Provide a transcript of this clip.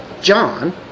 John